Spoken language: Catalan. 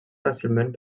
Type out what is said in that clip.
fàcilment